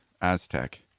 Aztec